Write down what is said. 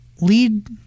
lead